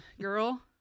girl